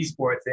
esports